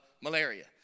malaria